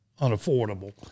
unaffordable